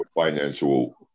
financial